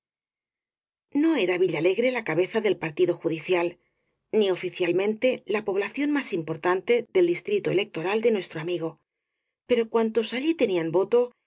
no era villalegre la cabeza del partido judicial ni oficialmente la población más importante del distrito electoral de nuestro amigo pero cuantos allí tenían voto